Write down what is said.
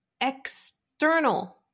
external